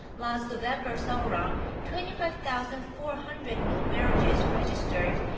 last november saw around twenty five thousand four hundred new marriages registered.